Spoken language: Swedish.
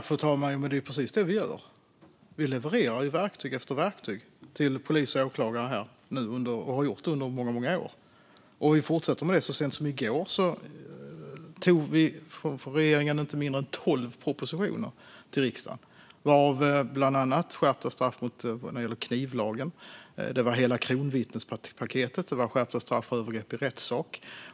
Fru talman! Det är ju precis det vi gör. Vi levererar verktyg efter verktyg till polis och åklagare. Vi har gjort det under många år och fortsätter med det. Så sent som i går tog regeringen inte mindre än tolv propositioner till riksdagen om bland annat skärpta straff när det gäller knivlagen, hela kronvittnespaketet och skärpta straff för övergrepp i rättssak.